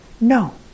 no